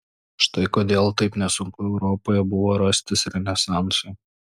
štai kodėl taip nesunku europoje buvo rastis renesansui